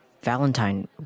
Valentine